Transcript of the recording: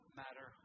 matter